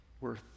worth